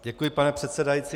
Děkuji, pane předsedající.